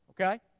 Okay